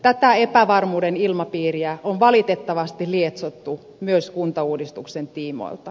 tätä epävarmuuden ilmapiiriä on valitettavasti lietsottu myös kuntauudistuksen tiimoilta